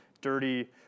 dirty